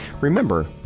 Remember